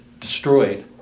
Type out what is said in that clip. destroyed